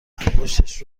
انگشتش